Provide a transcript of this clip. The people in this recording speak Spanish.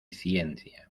ciencia